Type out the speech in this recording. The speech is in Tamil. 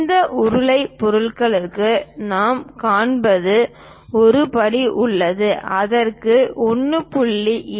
இந்த உருளை பொருள்களுக்கு நாம் காண்பிப்பது ஒரு படி உள்ளது அதற்கு 1